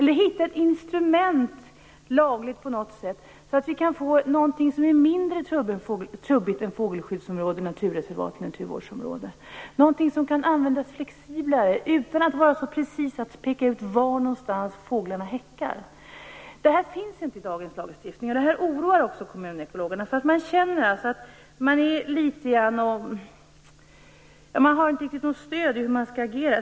Det vore alltså bra med ett lagligt instrument som är mindre trubbigt än fågelskyddsområden, naturreservat och naturvårdsområden, något som kan användas mer flexibelt och som inte är så precist att man måste peka ut var fåglarna häckar. Detta finns inte i dagens lagstiftning, och det oroar kommunekologerna. De känner att de inte har något stöd i hur de skall agera.